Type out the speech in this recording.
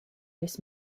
this